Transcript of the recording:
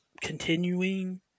continuing